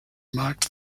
marked